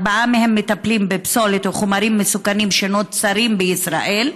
ארבעה מהם מטפלים בפסולת וחומרים מסוכנים שנוצרים בישראל,